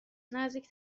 نزدیک